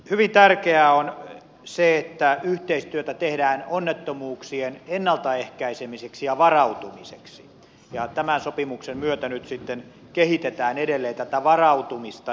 hyvin tärkeää on se että yhteistyötä tehdään onnettomuuksien ennaltaehkäisemiseksi ja varautumiseksi ja tämän sopimuksen myötä nyt kehitetään edelleen tätä varautumista